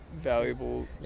valuable